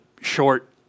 short